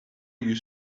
you